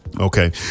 Okay